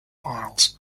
piles